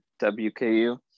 WKU